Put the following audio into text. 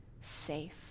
safe